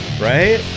right